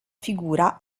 figura